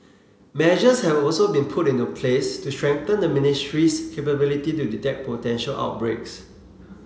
measures have also been put into place to strengthen the ministry's capability to detect potential outbreaks